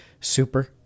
Super